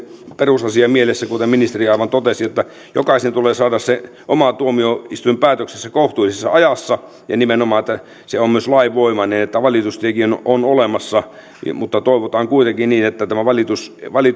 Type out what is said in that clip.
perusasia mielessä kuten ministeri aivan totesi että jokaisen tulee saada se oma tuomioistuinpäätöksensä kohtuullisessa ajassa ja että se nimenomaan on myös lainvoimainen että valitustiekin on olemassa toivotaan kuitenkin niin että tämä